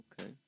Okay